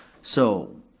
so.